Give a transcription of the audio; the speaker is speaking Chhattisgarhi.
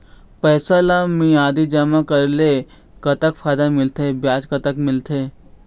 पैसा ला मियादी जमा करेले, कतक फायदा मिलथे, ब्याज कतक मिलथे?